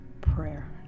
prayer